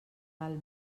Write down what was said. val